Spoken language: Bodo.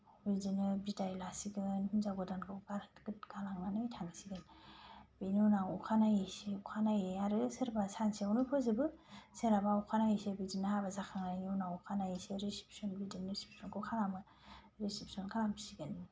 बिदिनो बिदाय लासिगोन हिनजाव गोदानखौ गालांनानै थांसिगोन बेनि उनाव अखा नायै अखा नायै आरो सोरबा सानसेयावनो फोजोबो सोरहाबा अखानायैसो बिदिनो हाबा जाखांनायनि उनाव अखा नायैसो रिसिपसन बिदि रिसिपसनखौ खालामो रिसिपसन खालामसिगोन